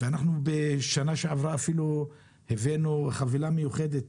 בשנה שעברה אפילו הבאנו חבילה מיוחדת,